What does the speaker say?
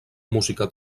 música